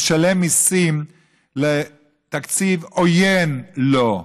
משלם מיסים לתקציב עוין לו.